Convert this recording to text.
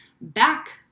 back